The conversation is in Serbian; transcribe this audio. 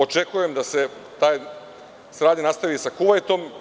Očekujem da se saradnja nastavi sa Kuvajtom.